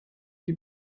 die